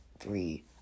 three